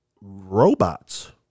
robots